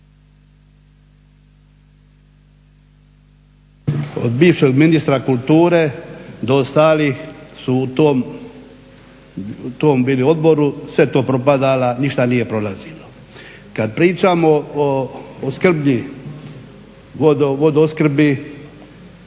od bivšeg ministre kulture do ostalih su u tom bili odbori. Sve to propada, a ništa nije prolazilo. Kad pričamo o opskrbi,